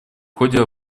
ходе